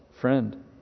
friend